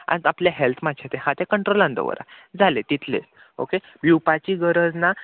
आज आपलें हेल्थ मातशें आहा तें कंट्रोलान दवरात जालें तितलेंच ओके भिवपाची गरज ना